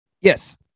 Yes